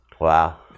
Wow